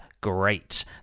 great